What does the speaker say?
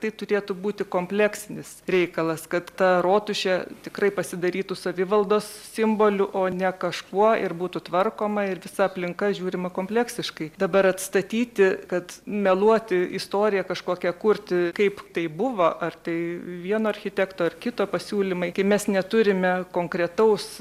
tai turėtų būti kompleksinis reikalas kad ta rotušė tikrai pasidarytų savivaldos simboliu o ne kažkuo ir būtų tvarkoma ir visa aplinka žiūrima kompleksiškai dabar atstatyti kad meluoti istoriją kažkokią kurti kaip tai buvo ar tai vieno architekto ar kito pasiūlymai kai mes neturime konkretaus